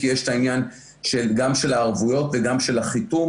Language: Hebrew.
כי יש את העניין של גם הערבויות וגם של החיתום,